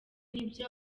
nibyo